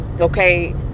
Okay